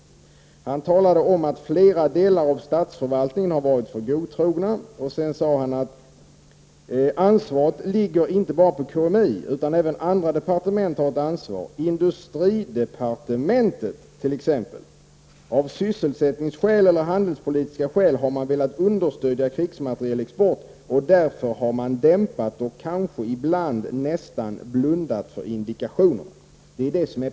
Han talade om att flera delar av statsförvaltningen varit för godtrogna samt sade att allt ansvar inte ligger på KMI, utan att även andra departement har ett ansvar. Han sade vidare att industridepartementet av sysselsättningsskäl eller handelspolitiska skäl har velat understödja krigsmaterielexport och därför har dämpat och kanske ibland nästan blundat för indikationerna.